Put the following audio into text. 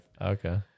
Okay